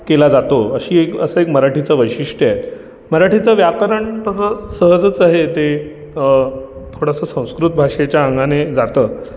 केला जातो अशी एक असं एक मराठीचं वैशिष्ट्य आहे मराठीचं व्याकरण तसं सहजच आहे ते थोडंसं संस्कृत भाषेच्या अंगाने जातं